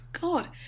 God